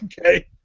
Okay